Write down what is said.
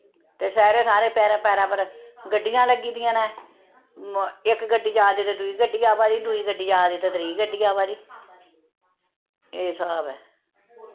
ते शैह्रा थाह्रें पैरा पैरा पर गड्डियां लग्गी दियां न इक गड्डी जा दी ते दुई गड्डी आवा दी दुई गड्डी आ दी ते त्री गड्डी आवा दी एह् स्हाब ऐ